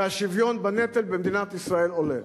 והשוויון בנטל במדינת ישראל עולה.